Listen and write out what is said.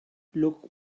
look